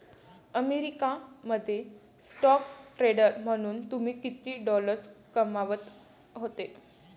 America मध्ये stock trader म्हणून तुम्ही किती डॉलर्स कमावत होते